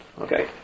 Okay